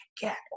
get